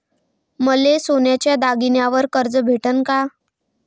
मले सोन्याच्या दागिन्यावर कर्ज भेटन का?